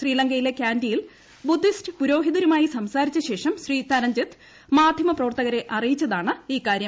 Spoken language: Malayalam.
ശ്രീലങ്കയിലെ ക്ലാന്റിയിൽ ബുദ്ധിസ്റ്റ് പുരോഹിതരുമായി സംസാരിച്ച ശേഷം ശ്രീ ത്രഞ്ജിത് മാധ്യമപ്രവർത്തരകരെ അറിയിച്ചതാണ് ഇക്കാര്യം